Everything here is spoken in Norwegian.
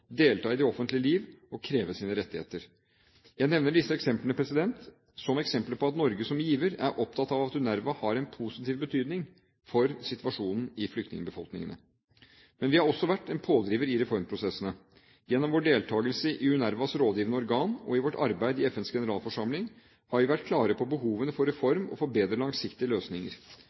delta i det offentlige liv og kreve sine rettigheter. Jeg nevner disse eksemplene som eksempler på at Norge, som giver, er opptatt av at UNRWA har en positiv betydning for situasjonen i flyktningbefolkningene. Men vi har også vært en pådriver i reformprosessene. Gjennom vår deltakelse i UNRWAs rådgivende organ og i vårt arbeid i FNs generalforsamling har vi vært klare på behovene for reform og for bedre langsiktige løsninger.